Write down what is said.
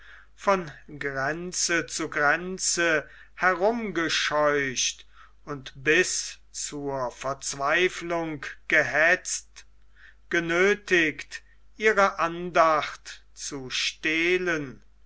von grenze zu grenze herumgescheucht und bis zur verzweiflung gehetzt genöthigt ihre andacht zu stehlen